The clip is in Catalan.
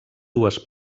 dues